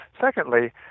Secondly